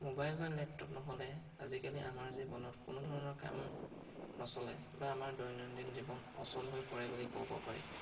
mobile বা laptop নহ'লে আজিকালি আমাৰ জীৱনত কোনোধৰণৰ কাম নচলে বা আমাৰ দৈনন্দিন জীৱন অচল হৈ পৰে বুলি ক'ব পাৰি